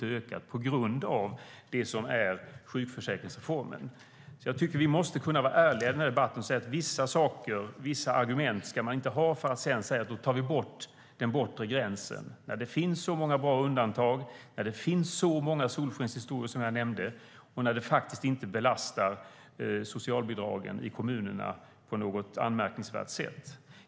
Det har alltså i princip inte ökat på grund av sjukförsäkringsreformen. Jag tycker att vi måste kunna vara ärliga i debatten och säga att vissa saker, vissa argument, ska man inte ha för att ta bort den bortre gränsen när det finns så många bra undantag, när det finns så många solskenshistorier som jag nämnde och när det faktiskt inte belastar socialbidragen i kommunerna på något anmärkningsvärt sätt.